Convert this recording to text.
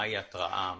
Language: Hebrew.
מהי התראה,